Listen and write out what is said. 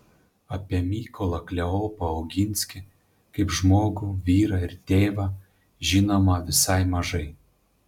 apie mykolą kleopą oginskį kaip žmogų vyrą ir tėvą žinoma visai mažai